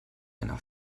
einer